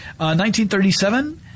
1937